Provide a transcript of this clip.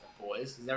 Boys